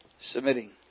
Submitting